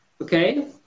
okay